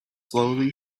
slowly